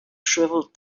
shriveled